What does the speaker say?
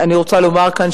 אני רוצה לומר כאן,